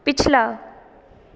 ਪਿਛਲਾ